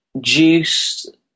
juiced